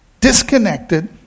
disconnected